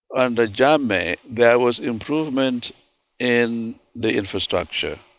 under jammeh there was improvement in the infrastructure.